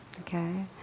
Okay